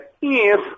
Yes